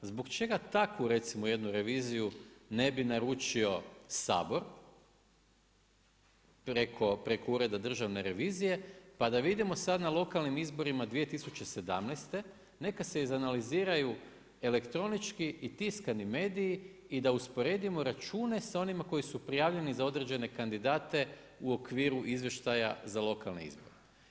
Zbog čega takvu recimo jednu reviziju ne bi naručio Sabor preko Ureda državne revizije, pa da vidimo sad na lokalnim izborima 2017. neka se izanaliziraju elektronički i tiskani mediji i da usporedimo račune sa onima koji su prijavljeni za određene kandidate u okviru izvještaja za lokalne izbore.